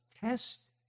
test